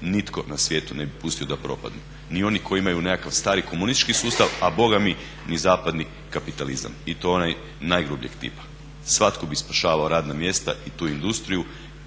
nitko na svijetu ne bi pustio da propadnu ni oni koji imaju nekakav stari komunistički sustav, a boga mi ni zapadni kapitalizam i to onaj najgrubljeg tipa. Svatko bi spašavao radna mjesta i tu industriju